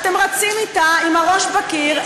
אתם רצים אתה עם הראש בקיר,